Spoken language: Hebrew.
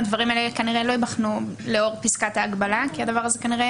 הדברים האלה כנראה לא ייבחנו לאור פסקת ההגבלה כי הדבר הזה כנראה